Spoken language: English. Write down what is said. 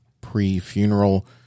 pre-funeral